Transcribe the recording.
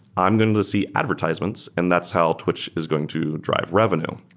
i'm going to see advertisements, and that's how twitch is going to drive revenue.